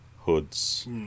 hoods